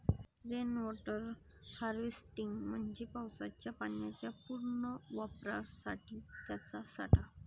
rain water harvesting म्हणजे पावसाच्या पाण्याच्या पुनर्वापरासाठी त्याचा साठा